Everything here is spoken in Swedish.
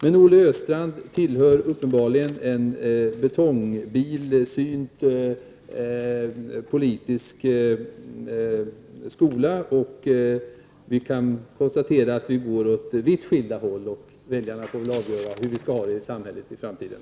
Men Olle Östrand tillhör uppenbarligen en po litisk skola med betongbilsyn. Vi kan konstatera att vi går åt vitt skilda håll. Väljarna får avgöra hur vi skall ha det i samhället i framtiden.